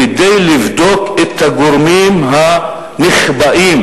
כדי לבדוק את הגורמים הנחבאים,